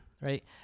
right